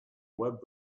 web